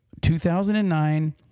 2009